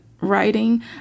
writing